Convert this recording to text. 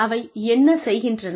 அவை என்ன செய்கின்றன